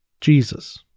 Jesus